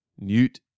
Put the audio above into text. Newt